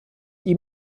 ihm